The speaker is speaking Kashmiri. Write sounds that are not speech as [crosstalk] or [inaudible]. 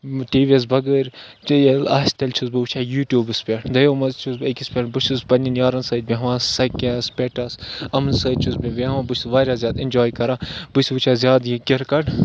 ٹی وی یَس بَغٲرۍ [unintelligible] ییٚلہِ آسہِ تیٚلہِ چھُس بہٕ وٕچھان یوٗٹیوٗبَس پٮ۪ٹھ دۄیو منٛز چھُس بہٕ أکِس پٮ۪ٹھ بہٕ چھُس پنٛنٮ۪ن یارَن سۭتۍ بیٚہوان سَکٮ۪س پٮ۪ٹَس یِمَن سۭتۍ چھُس بہٕ بیٚہوان بہٕ چھُس واریاہ زیادٕ اِنجاے کَران بہٕ چھُس وٕچھان زیادٕ یہِ کِرکَٹ